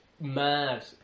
mad